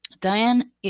Diane